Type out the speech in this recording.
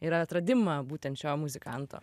ir atradimą būtent šio muzikanto